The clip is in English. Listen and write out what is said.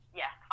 yes